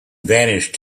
vanished